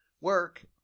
work